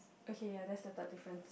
okay ya that's the third difference